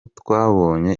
twabonye